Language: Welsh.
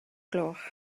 gloch